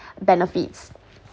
benefits